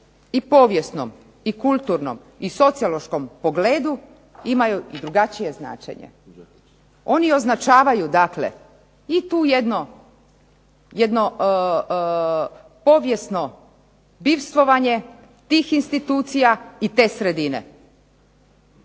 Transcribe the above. i povijesnom i kulturnom i sociološkom pogledu imaju i drugačije značenje. Oni označavaju dakle i tu jedno povijesno bivstvovanje tih institucija i te sredine.